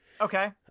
Okay